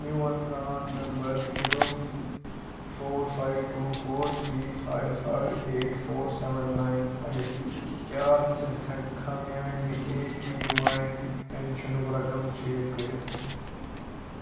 میون پرٛان نمبر چھُ four five two four three five five eight four seven nine five کیٛاہ ژٕ ہیٚککھا میٛانہِ اے پی واے پٮ۪نشَنُک رقم چیپ کٔرِتھ